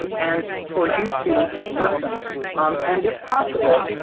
and and for you to listen um and if possible,